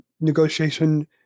negotiation